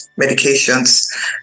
medications